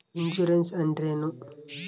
Insurance ಅಂದ್ರೇನು?